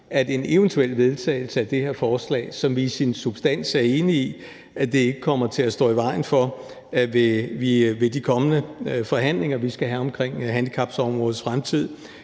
at en eventuel vedtagelse af det her forslag, som vi i sin substans er enige i ikke kommer til at stå i vejen for, at vi ved de kommende forhandlinger, vi skal have omkring handicapområdets fremtid,